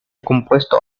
compuesto